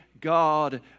God